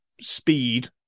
speed